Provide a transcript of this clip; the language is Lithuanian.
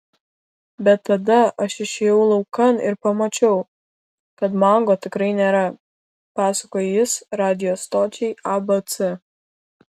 bet tada aš išėjau laukan ir pamačiau kad mango tikrai nėra pasakojo jis radijo stočiai abc